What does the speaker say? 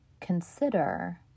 consider